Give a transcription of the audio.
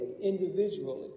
individually